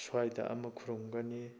ꯁ꯭ꯋꯥꯏꯗ ꯑꯃ ꯈꯨꯔꯨꯝꯒꯅꯤ